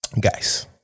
Guys